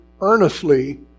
earnestly